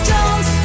Jones